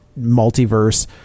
multiverse